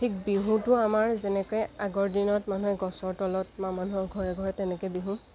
ঠিক বিহুটো আমাৰ যেনেকৈ আগৰ দিনত মানুহে গছৰ তলত বা মানুহৰ ঘৰে ঘৰে তেনেকৈ বিহু